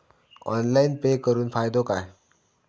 Online pay करुन फायदो काय?